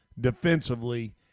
defensively